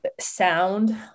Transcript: sound